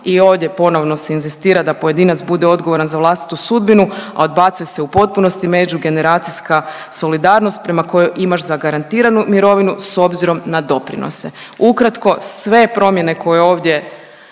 i ovdje ponovno se inzistira da pojedinac bude odgovoran za vlastitu sudbinu, a odbacuje se u potpunosti međugeneracijska solidarnost prema kojoj imaš zagarantiranu mirovinu s obzirom na doprinose. Ukratko sve promjene koje ovdje